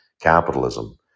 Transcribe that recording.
capitalism